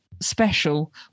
special